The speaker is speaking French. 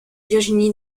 virginie